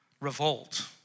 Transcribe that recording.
revolt